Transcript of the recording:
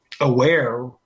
aware